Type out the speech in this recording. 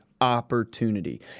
opportunity